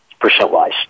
percent-wise